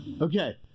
Okay